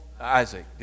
Isaac